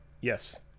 Yes